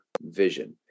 vision